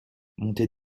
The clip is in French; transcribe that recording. montée